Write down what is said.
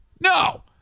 No